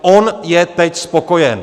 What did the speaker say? On je teď spokojen.